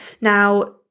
Now